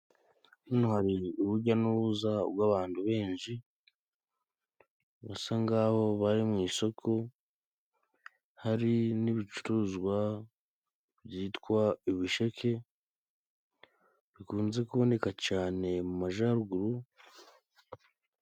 Hano hari urujya n'uruza rw'abantu benshi, basa nkaho bari mu isoko, hari n'ibicuruzwa byitwa ibisheke, bikunze kuboneka cyane majyaruguru.